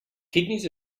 kidneys